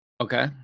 Okay